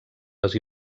les